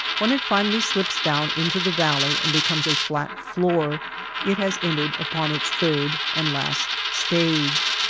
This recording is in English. when it finally slips down into the valley and becomes a flat floor it has entered upon its third and last stage.